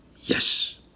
Yes